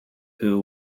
who